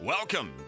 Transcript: Welcome